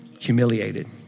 humiliated